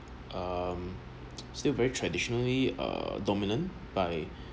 um still very traditionally uh dominant by